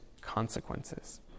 consequences